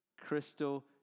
crystal